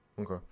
Okay